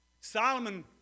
Solomon